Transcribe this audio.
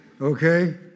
Okay